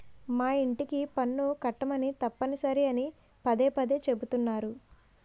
మా యింటికి పన్ను కట్టమని తప్పనిసరి అని పదే పదే చెబుతున్నారు